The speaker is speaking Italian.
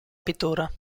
pittura